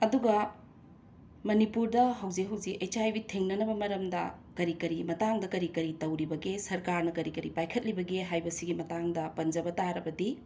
ꯑꯗꯨꯒ ꯃꯅꯤꯄꯨꯔꯗ ꯍꯧꯖꯤꯛ ꯍꯧꯖꯤꯛ ꯑꯩꯠꯆ ꯑꯥꯏ ꯕꯤ ꯊꯤꯡꯅꯅꯕ ꯃꯔꯝꯗ ꯀꯔꯤ ꯀꯔꯤ ꯃꯇꯥꯡꯗ ꯀꯔꯤ ꯀꯔꯤ ꯇꯧꯔꯤꯕꯒꯦ ꯁꯔꯀꯥꯔꯅ ꯀꯔꯤ ꯀꯔꯤ ꯄꯥꯏꯈꯠꯂꯤꯕꯒꯦ ꯍꯥꯏꯕꯁꯤꯒꯤ ꯃꯇꯥꯡꯗ ꯄꯟꯖꯕ ꯇꯥꯔꯕꯗꯤ